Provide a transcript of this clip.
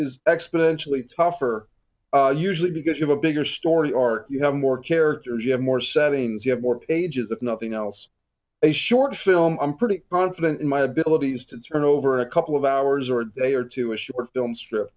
is exponentially tougher usually because of a bigger story arc you have more characters you have more settings you have more ages of nothing else a short film i'm pretty confident in my abilities to turn over a couple of hours or day or to a short film strip